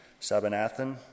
Sabanathan